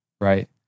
Right